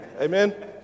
Amen